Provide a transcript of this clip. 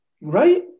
Right